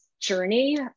journey